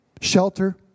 shelter